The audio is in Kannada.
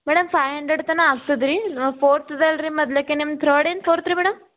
ಮೇಡಮ್ ಫೈ ಹಂಡ್ರೆಡ್ ತನಕ ಆಗ್ತದೆ ರೀ ಫೋರ್ತ್ದಲ್ಲ ರೀ ಮೊದ್ಲಿಗೆ ನಿಮ್ದು ಥರ್ಡ್ ಏನು ಫೋರ್ತ್ ರೀ ಮೇಡಮ್